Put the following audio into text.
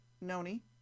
Noni